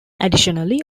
additionally